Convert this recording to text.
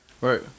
Right